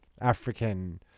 African